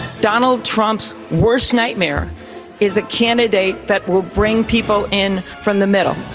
donald trump's worst nightmare is a candidate that will bring people in from the middle.